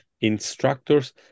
instructors